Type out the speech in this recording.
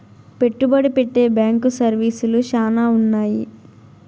పెట్టుబడి పెట్టే బ్యాంకు సర్వీసులు శ్యానా ఉన్నాయి